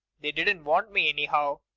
they didn't want me any how.